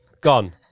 Gone